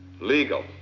legal